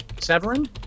Severin